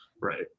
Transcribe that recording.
Right